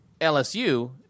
LSU